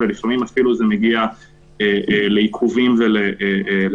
ולפעמים אפילו זה מגיע לעיכובים ולמעצרים.